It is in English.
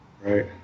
Right